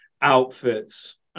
outfits